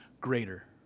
greater